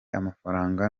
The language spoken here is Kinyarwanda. amafaranga